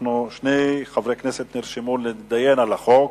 שני חברי כנסת נרשמו להתדיין על החוק.